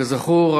כזכור,